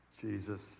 Jesus